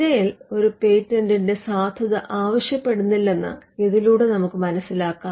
തിരയൽ ഒരു പേറ്റന്റിന്റെ സാധുത ആവശ്യപ്പെടുന്നില്ലെന്ന് ഇതിലൂടെ നമുക്ക് മനസിലാക്കാം